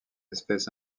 espèce